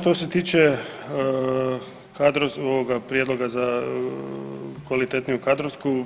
Što se tiče ovoga prijedloga za kvalitetniju kadrovsku